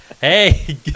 Hey